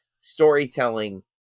storytelling